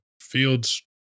Fields